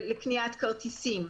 לקניית כרטיסים.